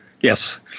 Yes